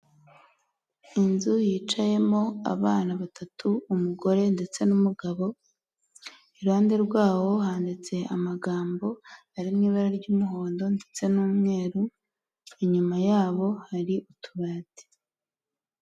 Inzu yicayemo abana batatu, umugore ndetse n'umugabo. Iruhande rwabo handitse amagambo ari mw’ibara ry'umuhondo ndetse n'umweru, inyuma yabo har’utubati.